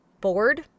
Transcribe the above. bored